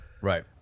Right